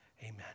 Amen